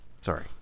Sorry